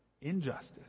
injustice